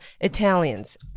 italians